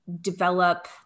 develop